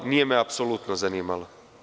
Nije me apsolutno zanimalo.